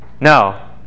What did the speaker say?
No